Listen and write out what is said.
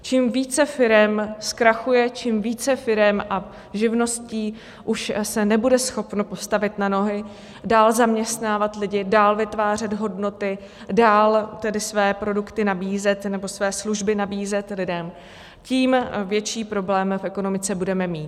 Čím více firem zkrachuje, čím více firem a živností už se nebude schopno postavit na nohy, dál zaměstnávat lidi, dál vytvářet hodnoty, dál tedy své produkty nebo své služby nabízet lidem, tím větší problém v ekonomice budeme mít.